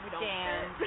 stand